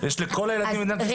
לכל הילדים במדינת ישראל יש ביטוח.